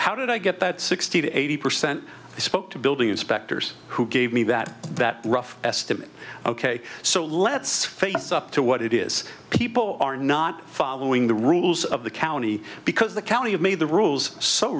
how did i get that sixty to eighty percent i spoke to building inspectors who gave me that that rough estimate ok so let's face up to what it is people are not following the rules of the county because the county have made the rules so